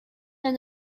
than